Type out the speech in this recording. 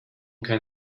kein